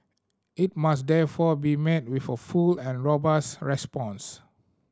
it must therefore be met with a full and robust response